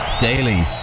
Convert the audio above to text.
Daily